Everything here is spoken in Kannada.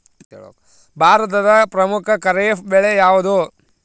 ಭಾರತದ ಪ್ರಮುಖ ಖಾರೇಫ್ ಬೆಳೆ ಯಾವುದು?